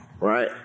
right